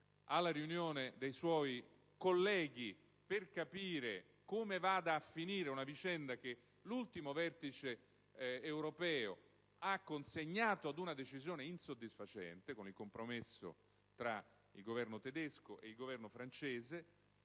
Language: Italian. alla riunione dei suoi colleghi per capire come vada a finire una vicenda che l'ultimo vertice europeo ha consegnato ad una decisione insoddisfacente (con il compromesso tra il Governo tedesco e quello francese),